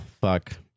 fuck